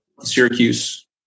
Syracuse